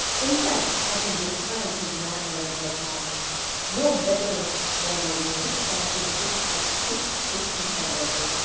in fact, i can describe his manner at that moment no better than the way miss kenton puts it puts it in her letter.